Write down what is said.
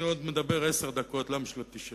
אני עוד מדבר עשר דקות, למה שלא תשב?